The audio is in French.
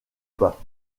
pas